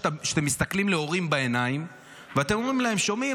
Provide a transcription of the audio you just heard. שאתם מסתכלים להורים בעיניים ואתם אומרים להם: שומעים,